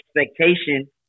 expectation